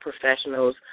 professionals